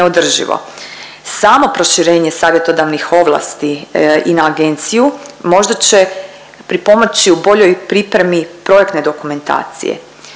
Samo proširenje savjetodavnih ovlasti i na agenciju možda će pripomoći u boljoj pripremi projektne dokumentacije.